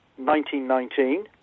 1919